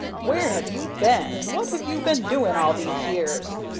where have you been, and what have you been doing all these years?